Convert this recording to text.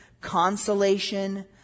consolation